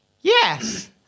Yes